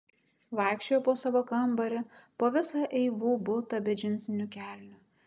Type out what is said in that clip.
vaikščiojo po savo kambarį po visą eivų butą be džinsinių kelnių